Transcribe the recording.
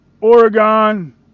oregon